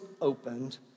opened